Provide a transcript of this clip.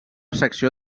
secció